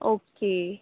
okay